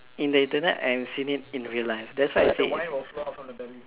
in the Internet and I have seen it in real life that's why I say its